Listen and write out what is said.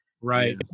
Right